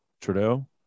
Trudeau